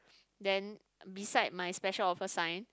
then beside my special offer sign